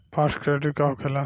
Fast credit का होखेला?